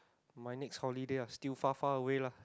my next holiday ah still far far away lah